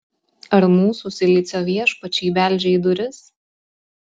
ar mūsų silicio viešpačiai beldžia į duris